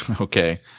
Okay